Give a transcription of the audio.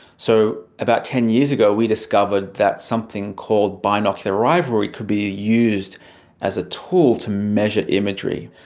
so about ten years ago we discovered that something called binocular rivalry could be used as a tool to measure imagery.